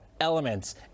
elements